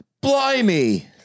Blimey